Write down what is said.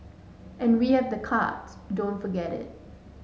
and we have the cards don't forget it